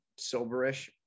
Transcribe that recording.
soberish